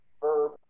verb